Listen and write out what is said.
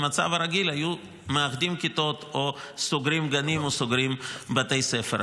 במצב הרגיל היו מאחדים כיתות או סוגרים גנים או סוגרים בתי ספר.